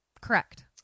Correct